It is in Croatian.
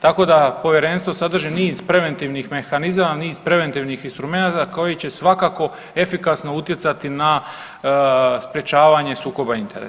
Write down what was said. Tako da povjerenstvo sadrži niz preventivnih mehanizama, niz preventivnih instrumenata koji će svakako efikasno utjecati na sprječavanje sukoba interesa.